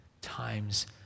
times